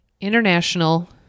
International